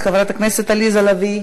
חברת הכנסת חנין זועבי,